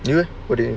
you leh what do you